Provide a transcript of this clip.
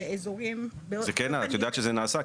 לאזורים --- את יודעת שזה נעשה?